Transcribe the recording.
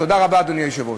תודה רבה, אדוני היושב-ראש.